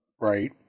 right